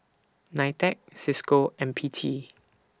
NITEC CISCO and P T